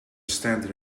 standing